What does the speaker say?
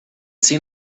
seen